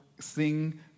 sing